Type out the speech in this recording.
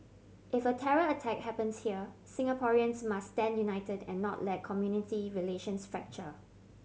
if a terror attack happens here Singaporeans must stand united and not let community relations fracture